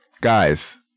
Guys